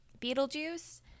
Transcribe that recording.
beetlejuice